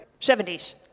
70s